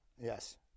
yes